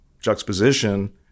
juxtaposition